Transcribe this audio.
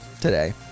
today